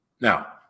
Now